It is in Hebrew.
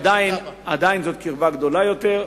עדיין זאת קרבה גדולה יותר,